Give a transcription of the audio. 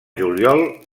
juliol